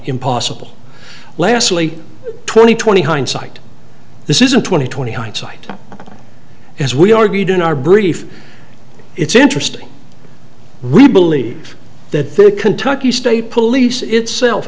impossible lassally twenty twenty hindsight this isn't twenty twenty hindsight as we argued in our brief it's interesting we believe that the kentucky state police itself